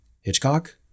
Hitchcock